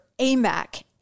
AMAC